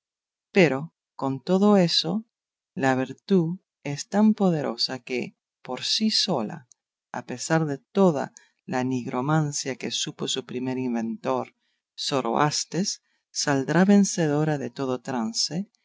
pero con todo eso la virtud es tan poderosa que por sí sola a pesar de toda la nigromancia que supo su primer inventor zoroastes saldrá vencedora de todo trance